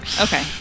Okay